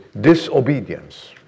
disobedience